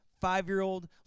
five-year-old